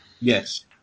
Yes